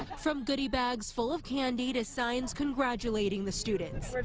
from goodie bags full of candy, the signs congratulating the students.